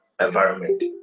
environment